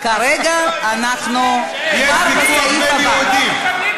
כרגע אנחנו עוברים לסעיף הבא.